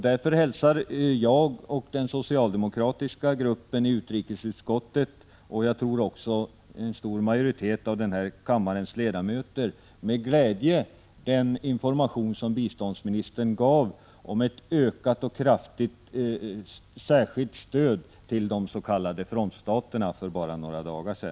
Därför hälsar jag och den socialdemokratiska gruppen i utrikesutskottet och jag tror också en stor majoritet av denna kammares ledamöter med glädje den information som biståndsministern för bara några dagar sedan gav om ett ökat och särskilt stöd till de s.k. frontstaterna.